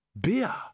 Beer